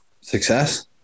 Success